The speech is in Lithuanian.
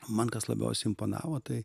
man kas labiausiai imponavo tai